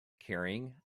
carrying